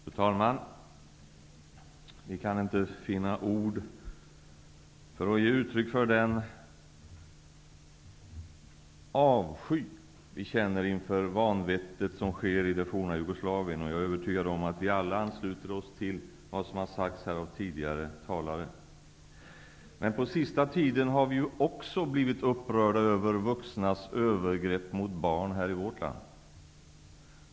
Fru talman! Vi kan inte finna ord för att ge uttryck för den avsky som vi känner inför det vanvett som sker i det forna Jugoslavien. Jag är övertygad om att vi alla ansluter oss till vad som i det sammanhanget har sagts här av tidigare talare. På sista tiden har vi också blivit upprörda över vuxnas övergrepp mot barn här i vårt land.